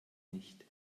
nicht